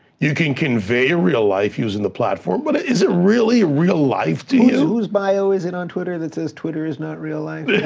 you can convey real life using the platform, but is it really real life to you? whose bio is it on twitter that says, twitter is not real life?